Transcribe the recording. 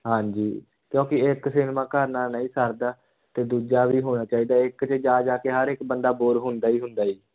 ਹਾਂਜੀ ਕਿਉਂਕਿ ਇੱਕ ਸਿਨਮਾ ਘਰ ਨਾਲ ਨਹੀਂ ਸਰਦਾ ਅਤੇ ਦੂਜਾ ਵੀ ਹੋਣਾ ਚਾਹੀਦਾ ਇੱਕ 'ਚ ਜਾ ਜਾ ਕੇ ਹਰ ਇੱਕ ਬੰਦਾ ਬੋਰ ਹੁੰਦਾ ਹੀ ਹੁੰਦਾ